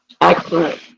Excellent